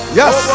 yes